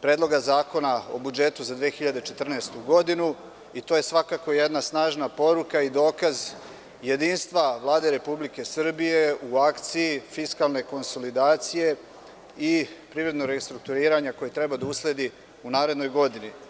Predloga zakona o budžetu za 2014. godinu i to je svakako jedna snažna poruka i dokaz jedinstva Vlade Republike Srbije u akciji fiskalne konsolidacije i privrednog restrukturiranja koje treba da usledi u narednoj godini.